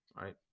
right